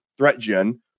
ThreatGen